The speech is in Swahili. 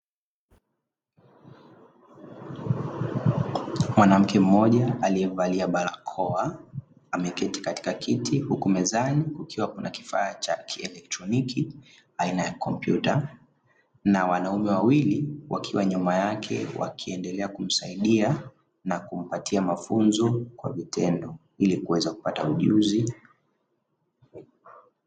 Mwanamke mmoja aliyevalia barakoa, ameketi katika kiti huku mezani kukiwa na kifaa cha kielectroniki aina ya komputa. Na wanaume wawili wakiwa nyuma yake wakiendelea kumsaidia na kumpatia mafunzo kwa vitendo ili kuweza kupata ujuzi.